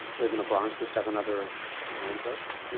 live in the bronx with seven other line cooks, yeah